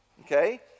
okay